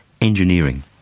engineering